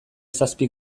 zazpi